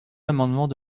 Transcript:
amendement